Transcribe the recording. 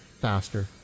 faster